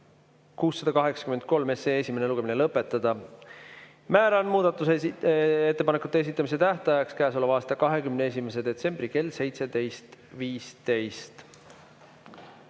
683 esimene lugemine lõpetada. Määran muudatusettepanekute esitamise tähtajaks käesoleva aasta 21. detsembri kell 17.15.